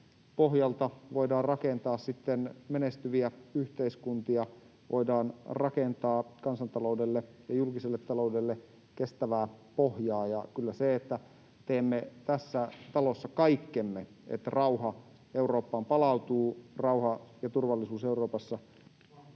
pohjalta voidaan rakentaa sitten menestyviä yhteiskuntia, voidaan rakentaa kansantaloudelle ja julkiselle taloudelle kestävää pohjaa. Kyllä se, että teemme tässä talossa kaikkemme, että rauha Eurooppaan palautuu, rauha ja turvallisuus Euroopassa...